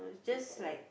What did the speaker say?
just like